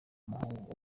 umuhungu